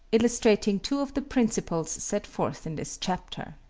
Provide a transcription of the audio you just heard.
illustrating two of the principles set forth in this chapter.